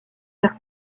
vers